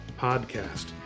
podcast